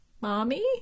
Mommy